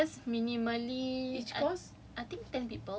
err each courses minimally